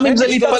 גם אם זה להתפלל.